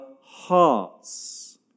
hearts